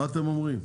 מה אתם אומרים?